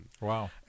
wow